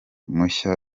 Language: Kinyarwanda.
mushya